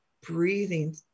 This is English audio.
breathing